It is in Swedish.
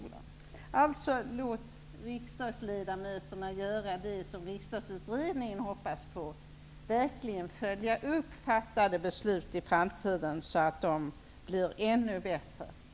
Låt alltså riksdagsledamöterna göra det som man i Rikdagsutredningen hoppas på, dvs. att i framtiden följa upp fattade beslut i syfte att kunna fatta ännu bättre beslut.